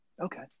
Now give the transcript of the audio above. okay